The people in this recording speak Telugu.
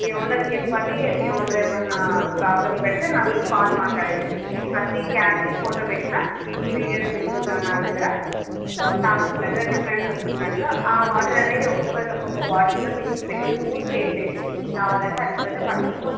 మీ ఓనర్కి చెప్పండి మీ ఓనర్ ఏం అన్నా ప్రాబ్లమ్ పెడితే నా తోని కాల్ మాట్లాడండి ప్రతి క్యాన్ది ఫోటో పెట్టిన వీడియోస్ పెట్టుకున్నాను నా దగ్గర తాగుతున్నట్టుగా డిఫరెన్స్ వస్తున్నట్టుగా ఆ వాటర్ అనేది ఒకొక్కర్ది ఒకొక్క బాటిల్లో నింపి పెట్టాం మూడు సేమ్ టేస్ట్ ఉంది కావాలంటే అవి కూడా నేను పట్టుకొని వస్తా